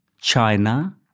China